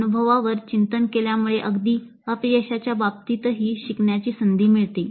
अनुभवावर चिंतन केल्यामुळे अगदी अपयशाच्या बाबतीतही शिकण्याची संधी मिळते